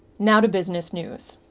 now to business news.